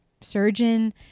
surgeon